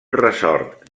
ressort